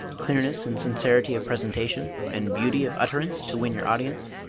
clearness and sincerity of presentation, and beauty of utterance, to win your audience?